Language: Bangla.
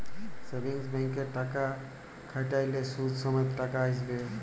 সেভিংস ব্যাংকে টাকা খ্যাট্যাইলে সুদ সমেত টাকা আইসে